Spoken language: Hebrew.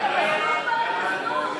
לפי התקנון,